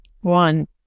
one